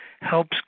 helps